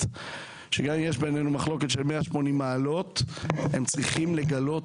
שגם אם יש בינינו מחלוקת של 180 מעלות הם צריכים לגלות